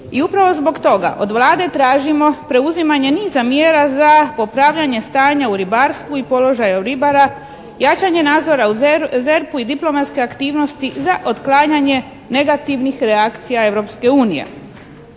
i upravo zbog toga od Vlade tražimo preuzimanje niza mjera za popravljanje stanja u ribarstvu i položaja ribara, jačanja nadzora u ZERP-u i diplomatske aktivnosti za otklanjanje negativnih reakcija